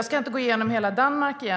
Jag ska inte gå igenom hela Danmark igen.